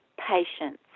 patience